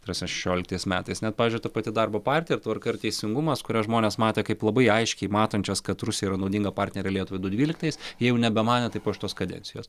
ta prasme šešioliktais metais net pavyzdžiui ta pati darbo partija tvarka ir teisingumas kurią žmonės matė kaip labai aiškiai matančios kad rusija yra naudinga partnerė lietuva du dvyliktais jie jau nebemanė taip po šitos kadencijos